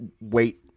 wait